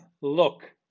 look